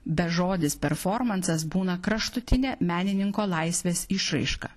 bežodis performansas būna kraštutinė menininko laisvės išraiška